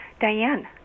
Diane